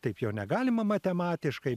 taip jo negalima matematiškai